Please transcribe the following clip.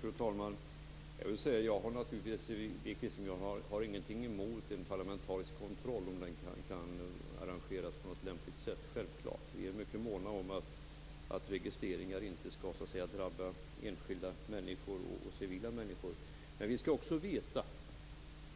Fru talman! Jag har naturligtvis ingenting emot en parlamentarisk kontroll om den kan arrangeras på något lämpligt sätt. Det är självklart. Vi är mycket måna om att registreringar inte skall drabba enskilda civila människor. Men vi skall också veta